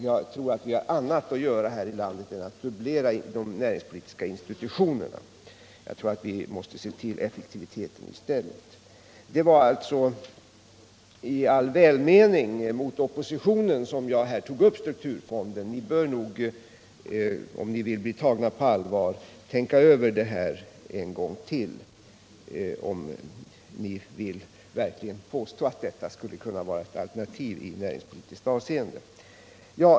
Jag tror att vi har annat att göra här i landet än att dubblera de näringspolitiska institutionerna. Vi bör i stället se till effektiviteten. Det var alltså i all välmening mot oppositionen som jag här tog upp frågan om strukturfonden. Ni bör nog tänka över en gång till om detta verkligen är något alternativ i näringspolitiskt avseende.